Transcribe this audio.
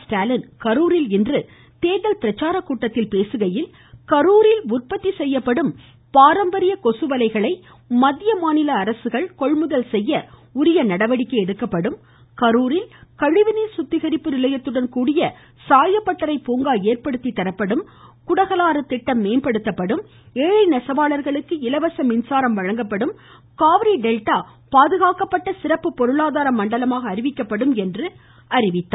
ஸ்டாலின் கரூரில் இன்று தேர்தல் பிரச்சாரத்தில் பேசுகையில் கரூரில் உற்பத்தி செய்யப்படும் பாரம்பரிய கொசு வலைகளை மத்திய மாநில அரசு கொள்முதல் செய்ய நடவடிக்கை எடுக்கப்படும் கரூரில் கழிவுநீர் சுத்திகரிப்பு நிலையத்துடன் கூடிய சாயப்பட்டறை பூங்கா அமைக்கப்படும் குடகலாறு திட்டம் மேம்படுத்தப்படும் ஏழை நெசவாளர்களுக்கு இலவச மின்சாரம் வழங்கப்படும் காவிரி டெல்டா பாதுகாக்கப்பட்ட சிறப்பு பொருளாதார மண்டலமாக அறிவிக்கப்படும் என்று தெரிவித்தார்